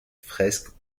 fresques